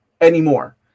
anymore